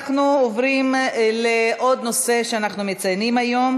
אנחנו עוברים לעוד נושא שאנחנו מציינים היום,